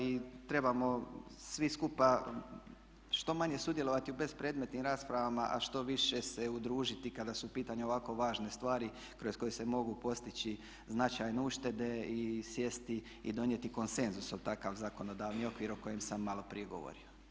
I trebamo svi skupa što manje sudjelovati u bespredmetnim raspravama a što više se udružiti kada su u pitanju ovako važne stvari kroz koje se mogu postići značajne uštede i sjesti i donijeti konsenzus U takav zakonodavni okviru o kojem sam malo prije govorio.